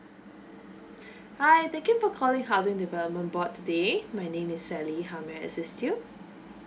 hi thank you for calling housing development board today my name is sally how may I assist you